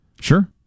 Sure